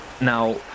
Now